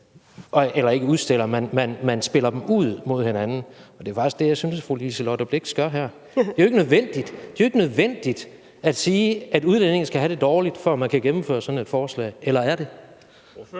spiller de sårbare, de syge og de udsatte ud mod hinanden. Og det er faktisk det, jeg synes fru Liselott Blixt gør her. Det er jo ikke nødvendigt – det er ikke nødvendigt – at sige, at udlændinge skal have det dårligt, for at man kan gennemføre sådan et forslag. Eller er det?